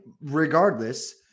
Regardless